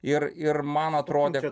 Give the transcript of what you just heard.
ir ir man atrodė